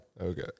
Okay